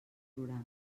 programa